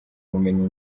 ubumenyi